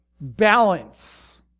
balance